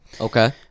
Okay